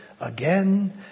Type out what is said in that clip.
again